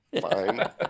Fine